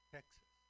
Texas